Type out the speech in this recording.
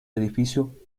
edificio